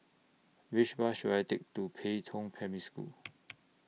Which Bus should I Take to Pei Tong Primary School